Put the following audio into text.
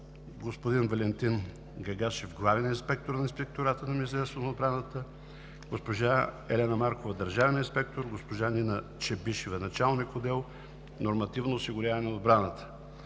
господин Валентин Гагашев – главен инспектор на Инспектората на Министерството на отбраната, госпожа Елена Маркова – държавен инспектор, госпожа Нина Чебишева – началник отдел „Нормативно осигуряване на отбраната“.